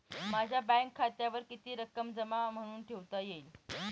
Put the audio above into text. माझ्या बँक खात्यावर किती रक्कम जमा म्हणून ठेवता येईल?